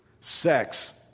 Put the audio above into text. Sex